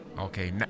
okay